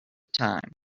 time